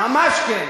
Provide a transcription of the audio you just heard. ממש כן.